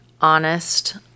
honest